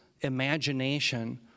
imagination